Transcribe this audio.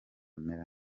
mera